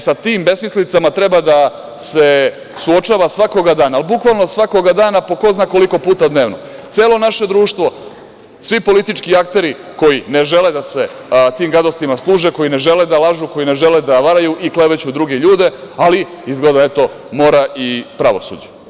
Sa tim besmislicama treba da se suočava svakoga dana, ali bukvalno svakog dana po ko zna koliko puta dnevno, celo naše društvo, svi politički akteri koji ne žele da se tim gadostima služe, koji ne žele da lažu, koji ne žele da varaju i kleveću druge ljude, ali izgleda da mora i pravosuđe.